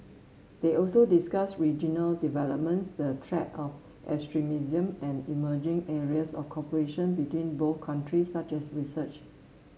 they also discussed regional developments the threat of extremism and emerging areas of cooperation between both countries such as research